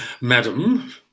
Madam